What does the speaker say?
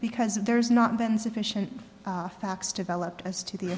because there's not been sufficient facts developed as to the